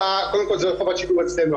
קודם כל זו לא חובת שידור אצלנו.